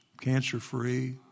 cancer-free